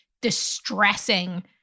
distressing